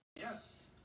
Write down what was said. Yes